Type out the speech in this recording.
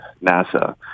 NASA